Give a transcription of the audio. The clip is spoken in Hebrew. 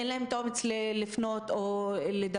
אין להם את האומץ לפנות או לדווח.